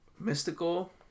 Mystical